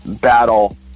battle